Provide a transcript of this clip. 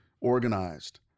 organized